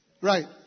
right